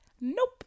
Nope